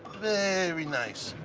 very nice.